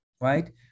Right